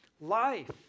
life